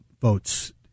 votes